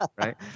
right